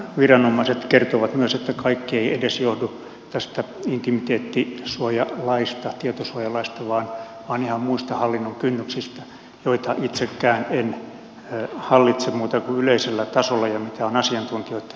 viranomaiset kertovat myös että kaikki ei edes johdu tästä intimiteettisuojalaista tietosuojalaista vaan ihan muista hallinnon kynnyksistä joita itsekään en hallitse muuta kuin yleisellä tasolla ja mitä olen asiantuntijoitten kertomana kuullut